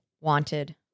wanted